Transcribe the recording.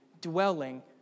dwelling